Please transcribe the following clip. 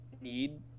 need